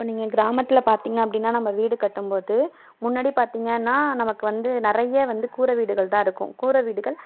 இப்போ நீங்கள் கிராமத்தில் பார்த்திங்க அப்படின்னா நம்ப வீடு கட்டும்போது முன்னாடி பார்த்திங்கன்னா நமக்கு வந்து நிறைய வந்து கூரை வீடுகள் தான் இருக்கும் கூரை வீடுகள்